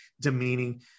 demeaning